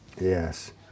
Yes